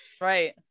right